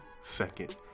second